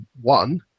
one